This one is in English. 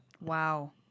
Wow